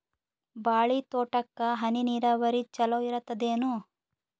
ಬಾಳಿ ತೋಟಕ್ಕ ಹನಿ ನೀರಾವರಿ ಚಲೋ ಇರತದೇನು?